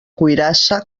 cuirassa